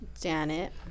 Janet